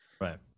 Right